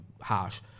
harsh